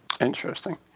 Interesting